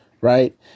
right